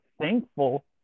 thankful